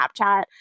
Snapchat